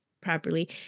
Properly